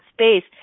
space